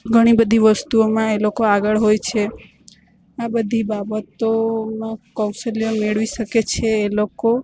ઘણી બધી વસ્તુઓમાં એ લોકો આગળ હોય છે આ બધી બાબતોમાં કૌશલ્ય મેળવી શકે છે એ લોકો